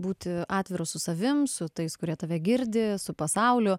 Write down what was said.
būti atviru su savim su tais kurie tave girdi su pasauliu